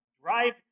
drive